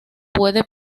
puede